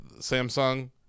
Samsung